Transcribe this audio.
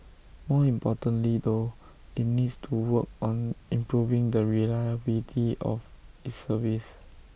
more importantly though IT needs to work on improving the reliability of its service